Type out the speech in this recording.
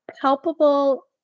palpable